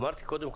אמרתי קודם כול,